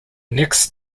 next